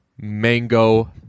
Mango